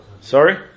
Sorry